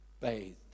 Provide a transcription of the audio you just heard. bathed